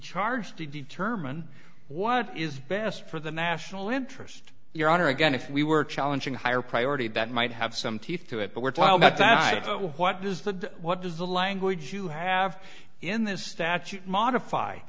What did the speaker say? charge to determine what is best for the national interest your honor again if we were challenging a higher priority that might have some teeth to it but we're told that that right what does the what does the language you have in this statute modify